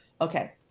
Okay